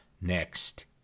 next